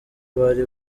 bari